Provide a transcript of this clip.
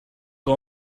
que